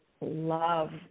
love